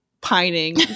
pining